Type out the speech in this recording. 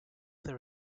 there